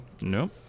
Nope